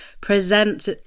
presents